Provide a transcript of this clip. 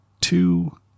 two